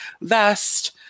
vest